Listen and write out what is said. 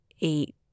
eight